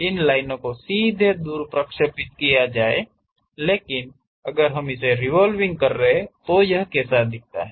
इन लाइनों को सीधे दूर प्रक्षेपित किया जाएगा लेकिन अगर हम इसे रिवोलविंग कर रहे हैं तो यह कैसा दिखता है